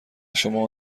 شما